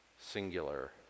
singular